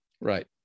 Right